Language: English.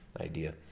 idea